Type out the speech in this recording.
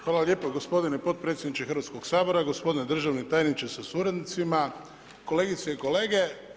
Hvala lijepa gospodine potpredsjedniče Hrvatskoga sabora, gospodine državni tajniče sa suradnicima, kolegice i kolege.